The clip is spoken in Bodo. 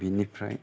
बिनिफ्राय